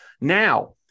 Now